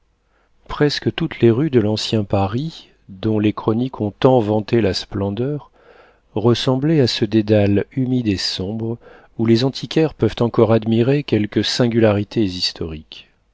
presque toutes les rues de l'ancien paris dont les chroniques ont tant vanté la splendeur ressemblaient à ce dédale humide et sombre où les antiquaires peuvent encore admirer quelques singularités historiques